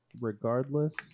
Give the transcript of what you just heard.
regardless